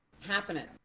happening